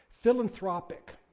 philanthropic